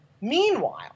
meanwhile